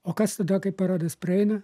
o kas tada kai paradas praeina